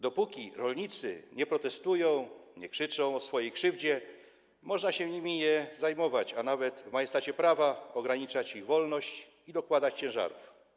Dopóki rolnicy nie protestują, nie krzyczą o swojej krzywdzie, można się nimi nie zajmować, a nawet w majestacie prawa ograniczać ich wolność i dokładać ciężarów.